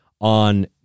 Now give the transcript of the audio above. on